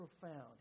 profound